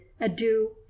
adieu